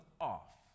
off